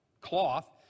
cloth